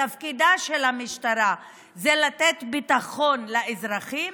שתפקידה של המשטרה זה לתת ביטחון לאזרחים,